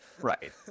Right